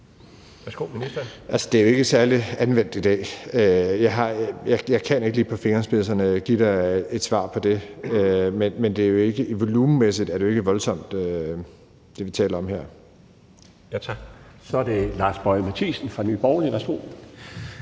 det er jo ikke særlig anvendt i dag. Jeg kan ikke lige på fingerspidserne give dig et svar på det, men volumenmæssigt er det, vi taler om her, jo ikke voldsomt. Kl. 12:41 Den fg. formand